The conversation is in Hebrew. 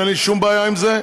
אין לי שום בעיה עם זה.